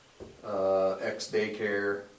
ex-daycare